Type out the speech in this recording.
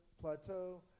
plateau